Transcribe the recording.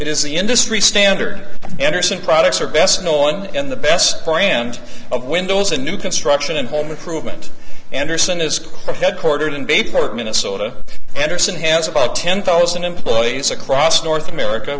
is the industry standard anderson products are best no one and the best brand of windows in new construction and home improvement anderson is headquartered in bayport minnesota anderson has about ten thousand employees across north america